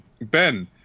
Ben